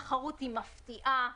תחרות היא מפתיעה,